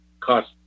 cost